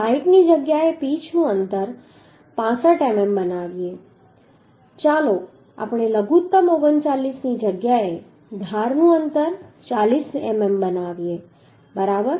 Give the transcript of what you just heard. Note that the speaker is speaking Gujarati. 60 ની જગ્યાએ પિચનું અંતર 65 મીમી બનાવીએ ચાલો આપણે લઘુત્તમ 39 ની જગ્યાએ ધારનું અંતર 40 મીમી બનાવીએ બરાબર